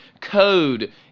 code